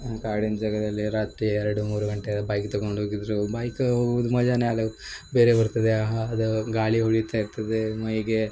ಕಾಡಿನ ಜಾಗದಲ್ಲಿ ರಾತ್ರಿ ಎರಡು ಮೂರು ಗಂಟೆ ಬೈಕ್ ತಗೊಂಡು ಹೋಗಿದ್ರು ಬೈಕ್ ಹೋಗುದ್ ಮಜವೇ ಅಲು ಬೇರೆ ಬರ್ತದೆ ಆಹ ಅದು ಗಾಳಿ ಹೊಡಿತಾ ಇರ್ತದೆ ಮೈಗೆ